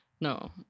no